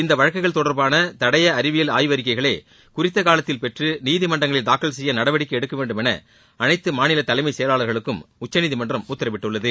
இந்த வழக்குகள் தொடர்பான தடைய அறிவியல் ஆய்வறிக்கைகளை குறித்த காலத்தில் பெற்று நீதிமன்றங்களில் தாக்கல் செய்ய நடவடிக்கை எடுக்கவேண்டும் என அனைத்து மாநில தலைமை செயலாளர்களுக்கும் உச்சநீதிமன்றம் உத்தரவிட்டுள்ளது